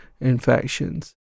infections